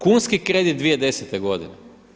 Kunski kredit 2010. godine.